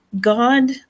God